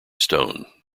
stone